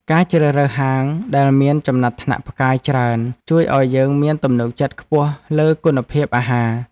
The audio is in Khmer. ការជ្រើសរើសហាងដែលមានចំណាត់ថ្នាក់ផ្កាយច្រើនជួយឱ្យយើងមានទំនុកចិត្តខ្ពស់លើគុណភាពអាហារ។